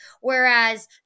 Whereas